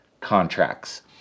contracts